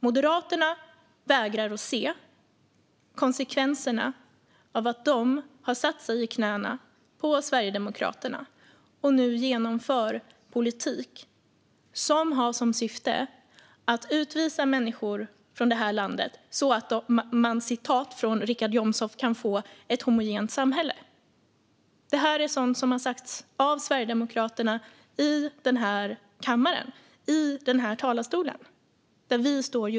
Moderaterna vägrar att se konsekvenserna av att de har satt sig i knät på Sverigedemokraterna och nu genomför politik som har som syfte att utvisa människor från detta land så att man, enligt Richard Jomshof, kan få ett homogent samhälle. Detta är sådant som har sagts av Sverigedemokraterna i denna kammare från denna talarstol.